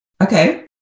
Okay